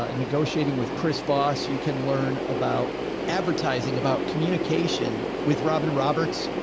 ah negotiating with chris foss, you can learn about advertising, about communication with robin roberts.